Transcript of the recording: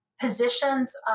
Positions